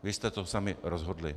Vy jste to sami rozhodli.